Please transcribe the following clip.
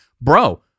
bro